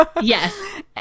yes